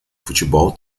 futebol